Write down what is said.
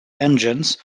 engines